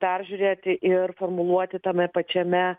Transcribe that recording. peržiūrėti ir formuluoti tame pačiame